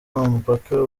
mupaka